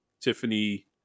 Tiffany